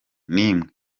nimwe